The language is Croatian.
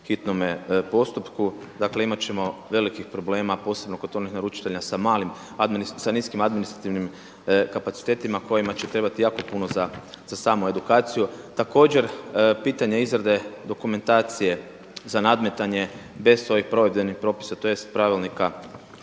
hitnome postupku, dakle imati ćemo velikih problema posebno kod onih naručitelja sa niskim administrativnim kapacitetima kojima će trebati jako puno za samu edukaciju. Također pitanje izrade dokumentacije za nadmetanje bez ovih provedbenih propisa tj. pravilnika